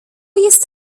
jest